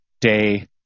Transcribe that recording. day